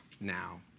now